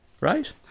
right